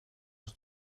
ons